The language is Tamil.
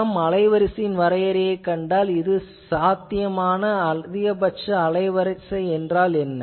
நாம் அலைவரிசையின் வரையறையைக் கண்டால் அதில் சாத்தியமான அதிகபட்ச அலைவரிசை என்றால் என்ன